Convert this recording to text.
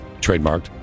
trademarked